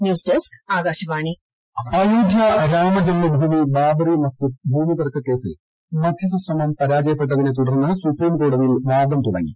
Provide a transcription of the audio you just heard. news desk Akashvani Ayodhya Ayodhya Ramjanmabhoomi Babri Masjid ഭൂമിതർക്ക കേസിൽ മധ്യസ്ഥശ്രമം പരാജയപ്പെട്ടതിനെ തുടർന്ന് സുപ്രീംകോടതിയിൽ വാദം തുടങ്ങി